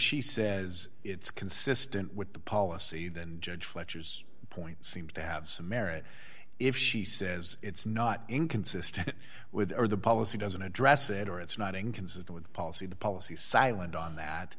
she says it's consistent with the policy then judge fletcher's point seems to have some merit if she says it's not inconsistent with the policy doesn't address it or it's not inconsistent with policy the policy silent on that